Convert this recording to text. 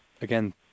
again